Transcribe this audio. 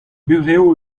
burev